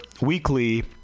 weekly